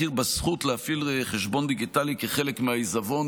בזכות להפעיל חשבון דיגיטלי כחלק מהעיזבון,